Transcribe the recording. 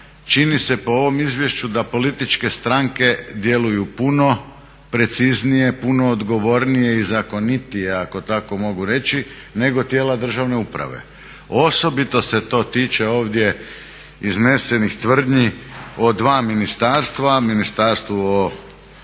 čini se po ovom izvješću da političke stranke djeluju puno preciznije, puno odgovornije i zakonitije ako tako mogu reći nego tijela državne uprave. Osobito se to tiče ovdje iznesenih tvrdnji od dva ministarstva, Ministarstvu